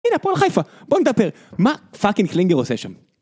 הנה הפועל חיפה. בוא נדבר, מה פאקינג קלינגר עושה שם?